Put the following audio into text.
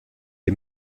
est